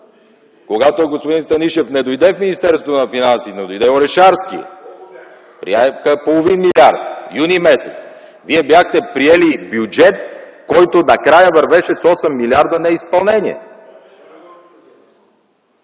когато господин Станишев не дойде в Министерството на финансите, но дойде Орешарски, приеха половин милиард. Вие бяхте приели бюджет, който накрая вървеше с 8 милиарда неизпълнение!